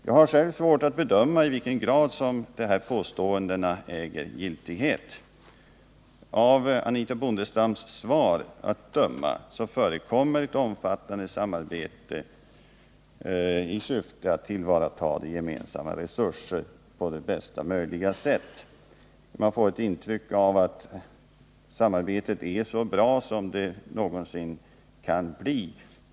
Jag har själv svårt att bedöma i vilken grad dessa påståenden äger giltighet. Av Anitha Bondestams svar att döma förekommer ett omfattande samarbete i syfte att tillvarata gemensamma resurser på bästa sätt. Man får ett intryck av att samarbetet är så bra som det någonsin kan bli.